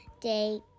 day